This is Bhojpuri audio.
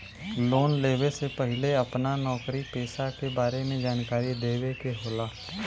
लोन लेवे से पहिले अपना नौकरी पेसा के बारे मे जानकारी देवे के होला?